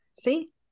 See